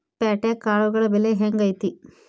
ಪ್ಯಾಟ್ಯಾಗ್ ಕಾಳುಗಳ ಬೆಲೆ ಹೆಂಗ್ ಐತಿ?